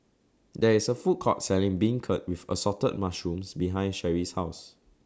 There IS A Food Court Selling Beancurd with Assorted Mushrooms behind Cherri's House